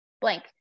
blank